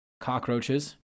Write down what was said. cockroaches